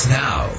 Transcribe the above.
now